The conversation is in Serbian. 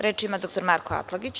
Reč ima dr Marko Atlagić.